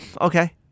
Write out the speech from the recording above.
Okay